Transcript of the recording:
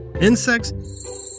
Insects